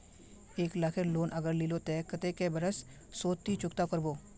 एक लाख केर लोन अगर लिलो ते कतेक कै बरश सोत ती चुकता करबो?